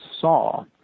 saw